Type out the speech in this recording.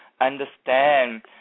understand